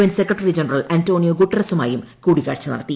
N secretary general Antonio ഗുട്ടറസ്സുമായും കൂടിക്കാഴ്ച നടത്തി